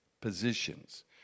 positions